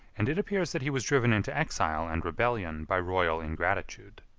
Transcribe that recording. and it appears that he was driven into exile and rebellion by royal ingratitude,